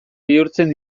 bihurtzen